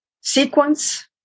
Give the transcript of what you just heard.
Sequence